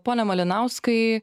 pone malinauskai